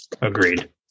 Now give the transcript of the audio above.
Agreed